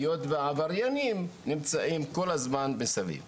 היות ועבריינים נמצאים ככל הזמן מסביב.